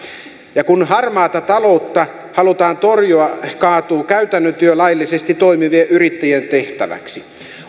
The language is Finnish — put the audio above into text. kun harmaata taloutta halutaan torjua kaatuu käytännön työ laillisesti toimivien yrittäjien tehtäväksi